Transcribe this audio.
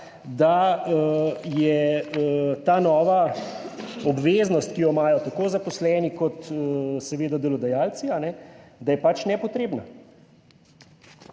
da je ta nova obveznost, ki jo imajo tako zaposleni kot seveda delodajalci, da je nepotrebna.